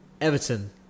Everton